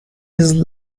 his